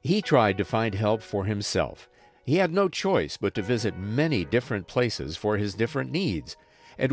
he tried to find help for himself he had no choice but to visit many different places for his different needs and